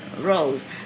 roles